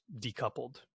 decoupled